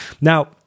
now